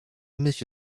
myśl